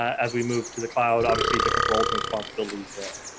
as we move to the cloud, obviously different roles and responsibilities there.